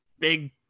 big